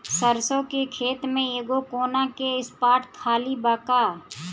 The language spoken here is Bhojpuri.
सरसों के खेत में एगो कोना के स्पॉट खाली बा का?